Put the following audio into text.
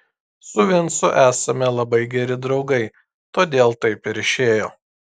su vincu esame labai geri draugai todėl taip ir išėjo